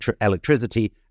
electricity